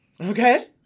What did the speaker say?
okay